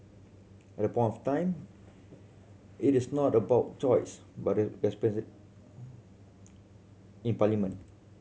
at point of time it is not about choice but in parliament